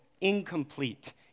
incomplete